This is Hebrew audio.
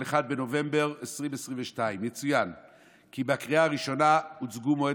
1 בנובמבר 2022. יצוין כי בקריאה הראשונה הוצגו מועד